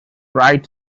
right